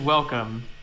Welcome